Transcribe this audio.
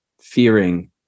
fearing